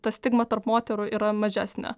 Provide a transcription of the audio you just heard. ta stigma tarp moterų yra mažesnė